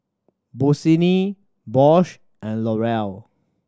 Bossini Bose and L'Oreal